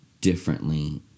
differently